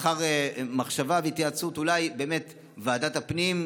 לאחר מחשבה והתייעצות, אולי באמת ועדת הפנים,